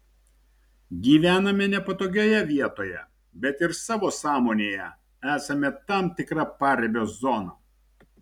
gyvename nepatogioje vietoje bet ir savo sąmonėje esame tam tikra paribio zona